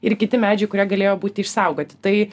ir kiti medžiai kurie galėjo būti išsaugoti tai